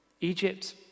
Egypt